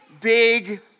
big